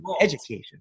education